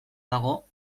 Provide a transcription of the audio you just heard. dago